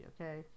okay